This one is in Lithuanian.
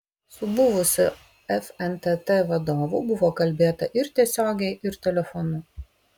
su buvusiu fntt vadovu buvo kalbėta ir tiesiogiai ir telefonu